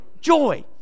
joy